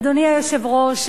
אדוני היושב-ראש,